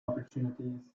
opportunities